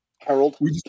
Harold